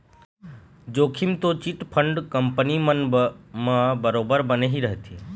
जोखिम तो chit fund company मन म बरोबर बने ही रहिथे